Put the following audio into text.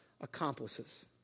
accomplices